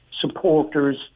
supporters